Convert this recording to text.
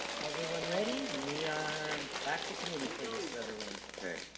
everyone ready we are back to committee please brother wayne okay